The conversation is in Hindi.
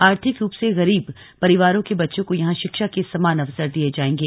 आर्थिक रूप से गरीब परिवारों के बच्चों को यहां शिक्षा के समान अवसर दिये जायेंगे